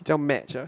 这样 match ah